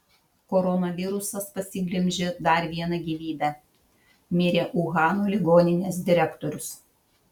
koronavirusas pasiglemžė dar vieną gyvybę mirė uhano ligoninės direktorius